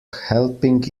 helping